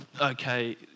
okay